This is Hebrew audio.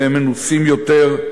והם מנוסים יותר,